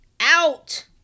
out